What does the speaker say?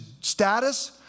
status